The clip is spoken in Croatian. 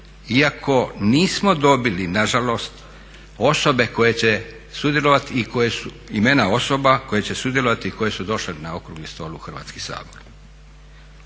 će sudjelovati, imena osoba koje će sudjelovati i koje su došle na okrugli stol u Hrvatski sabor.